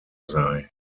sei